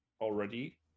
already